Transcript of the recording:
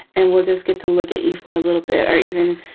and we'll just get to look at you for a little bit or even,